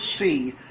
see